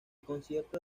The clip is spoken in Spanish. concierto